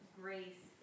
grace